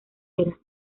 era